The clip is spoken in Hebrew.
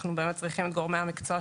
אנחנו באמת צריכים את גורמי המקצוע,